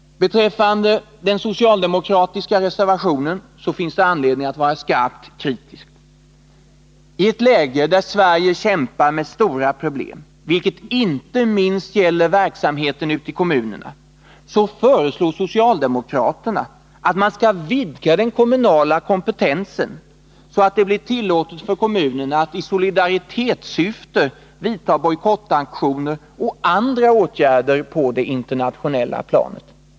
Beträffande den socialdemokratiska reservationen finns det anledning att vara skarpt kritisk. I ett läge där Sverige kämpar med stora problem, vilket inte minst gäller verksamheten i kommunerna, föreslår socialdemokraterna att man skall vidga den kommunala kompetensen så att det blir tillåtet för kommunerna att i solidaritetssyfte vidta bojkottaktioner och andra åtgärder på det internationella planet.